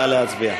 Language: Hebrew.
נא להצביע.